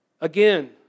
Again